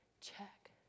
check